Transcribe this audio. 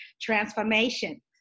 transformation